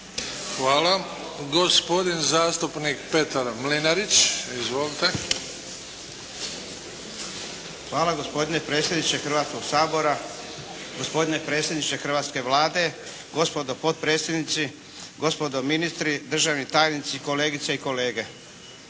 Hvala. Gospodin zastupnik Petar Milinarić. Izvolite. **Mlinarić, Petar (HDZ)** Hvala gospodine predsjednice Hrvatskog sabora, gospodine predsjedniče hrvatske Vlade, gospodo potpredsjednici, gospodo ministri, državni tajnici, kolegice i kolege.